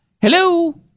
Hello